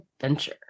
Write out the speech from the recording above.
adventure